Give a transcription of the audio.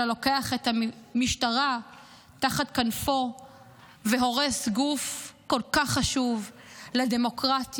אלא לוקח את המשטרה תחת כנפו והורס גוף כל כך חשוב לדמוקרטיה,